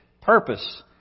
purpose